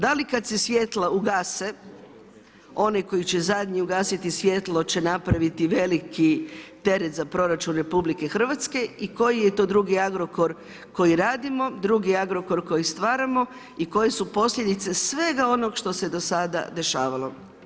Da li kada se svjetla ugase oni koji će zadnji ugasiti svjetlo će napraviti veliki teret za proračun RH i koji je to drugi Agrokor koji radimo, drugi Agrokor koji stvaramo i koje su posljedice svega onoga što se do sada dešavalo?